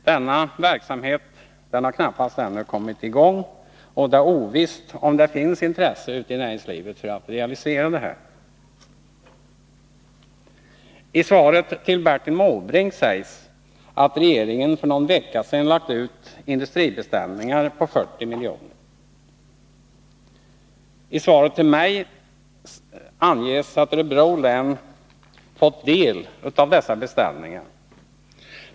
Denna verksamhet har knappast kommit i gång ännu, och det är ovisst om det finns intresse ute i näringslivet för att realisera den. I svaret till Bertil Måbrink sägs att regeringen för någon vecka sedan lagt ut industribeställningar på 40 milj.kr. I svaret till mig anges att Örebro län fått del av dessa beställningar.